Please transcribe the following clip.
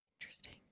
Interesting